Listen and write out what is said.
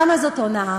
למה זאת הונאה?